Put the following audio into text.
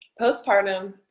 Postpartum